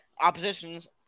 Oppositions